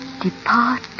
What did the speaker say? depart